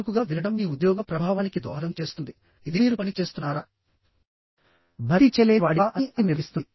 చురుకుగా వినడం మీ ఉద్యోగ ప్రభావానికి దోహదం చేస్తుందిఇది మీరు పని చేస్తున్నారా భర్తీ చేయలేని వాడివా అని అని నిర్ణయిస్తుంది